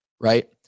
right